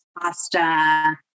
pasta